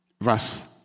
Verse